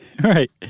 Right